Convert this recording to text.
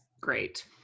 great